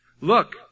Look